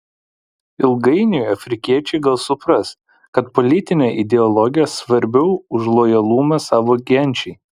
ilgainiui afrikiečiai gal supras kad politinė ideologija svarbiau už lojalumą savo genčiai